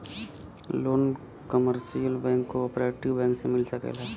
loan commercial bank cooperative bank से मिल सकेला